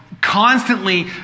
constantly